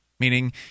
meaning